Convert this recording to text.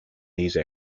these